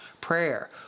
prayer